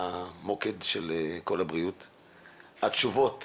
במוקד, התשובות